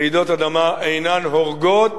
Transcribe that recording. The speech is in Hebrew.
רעידות אדמה אינן הורגות,